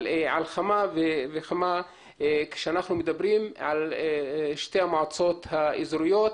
אבל על אחת כמה וכמה ,כשאנחנו מדברים על שתי המועצות האזוריות